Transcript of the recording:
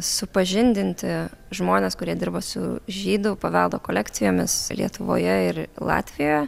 supažindinti žmones kurie dirba su žydų paveldo kolekcijomis lietuvoje ir latvijoje